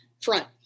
front